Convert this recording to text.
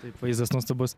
taip vaizdas nuostabus